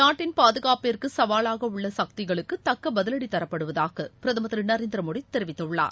நாட்டின் பாதுகாப்பிற்கு சவாவாக உள்ள சக்திகளுக்கு தக்க பதிவடி தரப்படுவதாக பிரதமர் திரு நரேந்திர மோடி தெரிவித்துள்ளார்